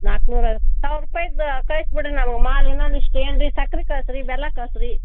ನಾಲ್ಕ್ನೂರಾ ಸಾವಿರ ರೂಪಾಯ್ದು ಕಳ್ಸಿ ಬಿಡಿರಿ ನಮ್ಗೆ ಮಾಲು ಇನ್ನೊಂದಿಷ್ಟು ಏನು ರೀ ಸಕ್ರೆ ಕಳ್ಸಿ ರಿ ಬೆಲ್ಲ ಕಳ್ಸಿ ರಿ